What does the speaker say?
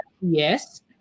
yes